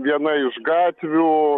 viena iš gatvių